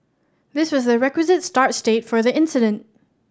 this was the requisite start state for the incident